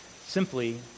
Simply